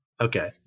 Okay